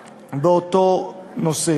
הזה,